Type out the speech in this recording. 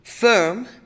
Firm